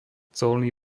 colný